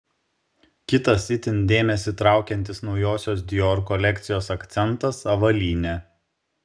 kitas itin dėmesį traukiantis naujosios dior kolekcijos akcentas avalynė